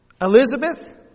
Elizabeth